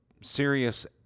serious